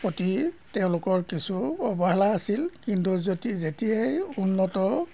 অতি তেওঁলোকৰ কিছু অৱহেলা আছিল কিন্তু যদি যেতিয়াই উন্নত